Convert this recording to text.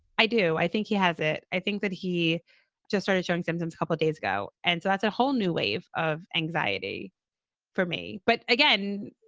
i do. i think he has it i think that he just started showing symptoms a couple of days ago. and so that's a whole new wave of anxiety for me. but again,